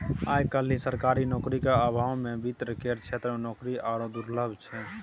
आय काल्हि सरकारी नौकरीक अभावमे वित्त केर क्षेत्रमे नौकरी आरो दुर्लभ छै